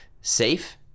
safe